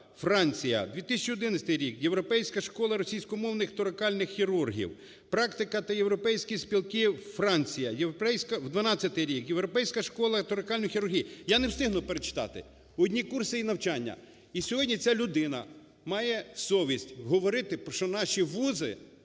Франція. 2011 рік. Європейська школа російськомовних торакальних хірургів, практика та європейські спілки, Франція. 2012 рік. Європейська школа торакальної хірургії. Я не встигну перечитати. Одні курси і навчання. І сьогодні ця людина має совість говорити, що наші вузи